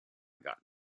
got